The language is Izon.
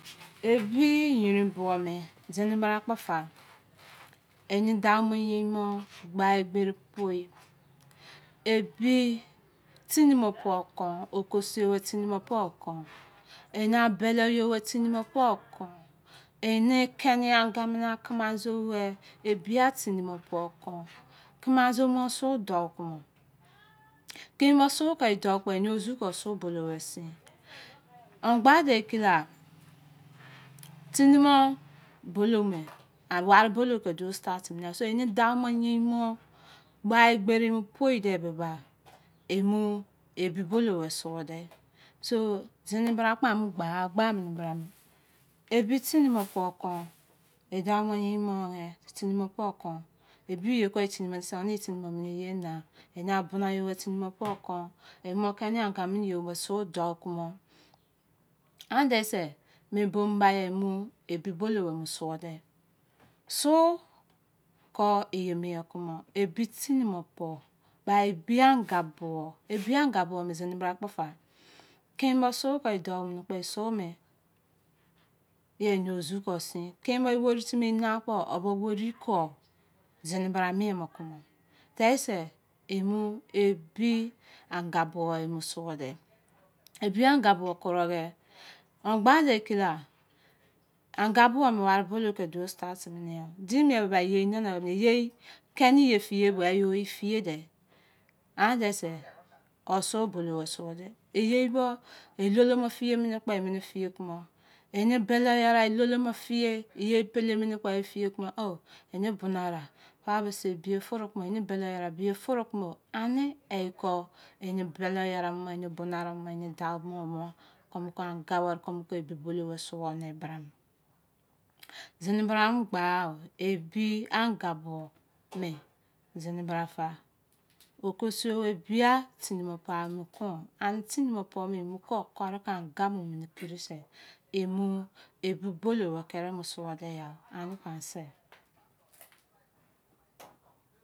Ebi yermbuo me zini bra kpo fa. Eni dau ino yin mo gba agberi poi. Ebi tinimo pon kon. Okosio bo tini mo pon kon. Eni a beli owei tini mo pon kon. Eni a keni a angamini a kimi a zo wei ebia tini mo pon kon kimi azo mo su dou kumo kimi bo su ki e dou kpo eni ozuu kon su bolou bo sin. Angba de ke la tini mo bolou me wani bolou ki duo starte mini so eni dau mo yin mo gba egberi emo poi de bi ba emu ebi bolou bo suo de so zini bra kpa amo gbagha. A gba mini bra mi. Ebi tini mo pon kọn. E dau mo̟ e yin mo e tini pọn kọ. Ebiye kone tini mo mese one tini mo mini ye na eni a bina yowei tini mọ pọn kon eno keni angaminiayowei bo su dọu kụmo ande se, me bom bai ya mu ebi bolou bo mu sirọ dẹ su kọn eye mien kụmọ. Ebi tini mo ba ebi anga bọ. Ebi anga bo mẹ zini bra kpọ fa kini bọ su kọn e dọu mini kpọ sụ mi ye eno zu kọn sin ki bọ eweri timi e na kpo, ọbọ werii kọn zini bara mien mọ kunọ tẹsẹ emu ebi anga buo suọ dẹ. Ebi anga buo kuro ghe. Angba de ke la anga bụo bẹ wari-bolou ki duo starte mini yan. Dine beba eyei nana weri emi, e yei ni ye, fiye bọ eyo. E fiye dẹ. Andẹ sẹ ọsu bolou o sụọ dẹ eyei bo, e lolomọ fiye mini kpọ, emini fiye kumọ. Eni bele erave lolomọ wẹri fiye i ye pele mini kpo e fiye kụmọ o! Eni belearau pa bese bie furu kumo pa be eni bedearau bie furu kumo. Ani ekọ eni bele arau mọ eni bena arau ma, eni dau mo anga wẹri komu kon ebi bolou bọ suo de bra me. Zini bra amọ gba gba o. Ebi anga buo me zini bra fa okosowei bia tini mo pa amo kon. Ani tini mo pon mo emo ko koro ko anga mu mini kiri se emu ebi bolou bo kiri suode ya o.